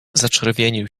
zaczerwienił